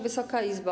Wysoka Izbo!